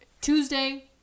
tuesday